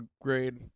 grade